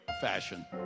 fashion